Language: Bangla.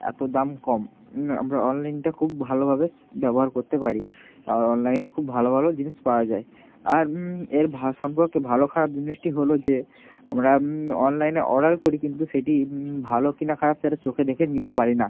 এত দাম কম আমরা অনলাইনটা খুব ভালোভাবে ব্যবহার করতে পারি আর অনলাইনে খুব ভালো ভালো জিনিস পাওয়া যায় আর এর ভা সম্পর্কে ভালো খারাপ জিনিসটি হলো যে আমরা অনলাইনে অর্ডার করি কিন্তু সেটি ভালো কি না খারাপ সেটা চোখে দেখে নিতে পারি না